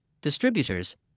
distributors